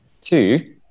Two